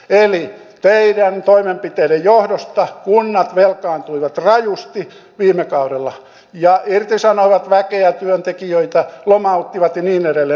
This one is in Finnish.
eli teidän toimenpiteidenne johdosta kunnat velkaantuivat rajusti viime kaudella ja irtisanoivat väkeä ja työntekijöitä lomauttivat ja niin edelleen